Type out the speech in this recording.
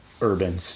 urban